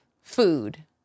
Food